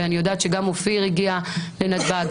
אני יודעת שגם אופיר הגיע לנתב"ג.